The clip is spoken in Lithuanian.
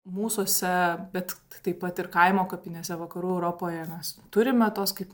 mūsuose bet taip pat ir kaimo kapinėse vakarų europoje mes turime tuos kaip